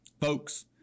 Folks